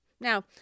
Now